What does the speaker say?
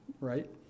right